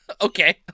Okay